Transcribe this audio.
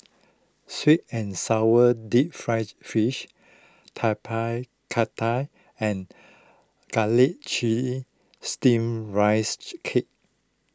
Sweet and Sour Deep Fried Fish Tapak Kata and Garlic Chives Steamed Rice Cake